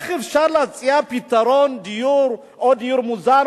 איך אפשר להציע פתרון דיור או דיור מוזל,